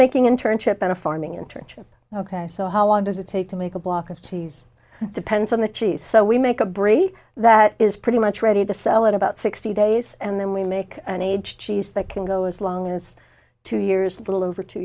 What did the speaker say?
making internship in a farming internship ok so how long does it take to make a block of cheese depends on the cheese so we make a breed that is pretty much ready to sell at about sixty days and then we make an aged cheese that can go as long as two years a little over two